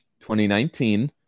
2019